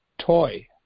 toy